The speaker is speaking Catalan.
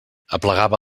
aplegava